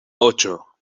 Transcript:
ocho